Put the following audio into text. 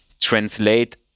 translate